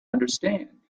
understand